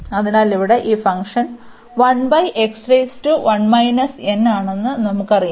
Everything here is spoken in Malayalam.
അതിനാൽ ഇവിടെ ഈ ഫoഗ്ഷൻ ആണെന്ന് നമുക്കറിയാം